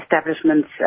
establishments